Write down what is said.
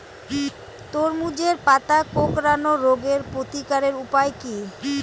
তরমুজের পাতা কোঁকড়ানো রোগের প্রতিকারের উপায় কী?